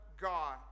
god